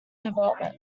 development